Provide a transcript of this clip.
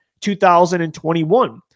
2021